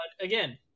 Again